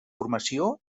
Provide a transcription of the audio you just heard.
formació